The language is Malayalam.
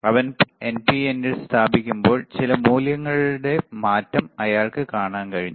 അവൻ എൻപിഎനിൽ സ്ഥാപിക്കുമ്പോൾ ചില മൂല്യങ്ങളിൽ മാറ്റം അയാൾക്ക് കാണാൻ കഴിഞ്ഞു